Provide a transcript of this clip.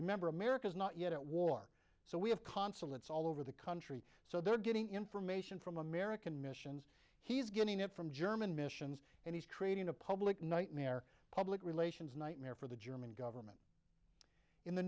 remember america is not yet at war so we have consulates all over the country so they're getting information from american missions he's getting it from german missions and he's creating a public nightmare public relations nightmare for the german government in the